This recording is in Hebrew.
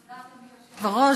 תודה, אדוני היושב-ראש.